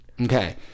Okay